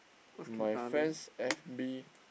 my friends F_B